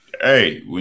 Hey